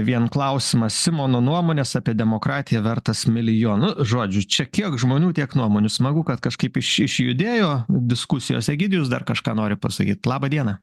vien klausimas simono nuomonės apie demokratiją vertas milijonu žodžių čia kiek žmonių tiek nuomonių smagu kad kažkaip iš išjudėjo diskusijos egidijus dar kažką nori pasakyt laba diena